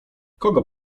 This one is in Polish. kogo